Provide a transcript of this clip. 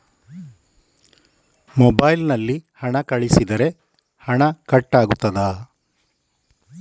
Mobile ನಲ್ಲಿ ಹಣ ಕಳುಹಿಸಿದರೆ ಹಣ ಕಟ್ ಆಗುತ್ತದಾ?